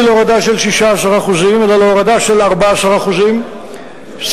להורדה של 16% אלא להורדה של 14% סליחה,